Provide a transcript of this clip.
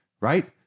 right